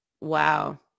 Wow